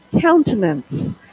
countenance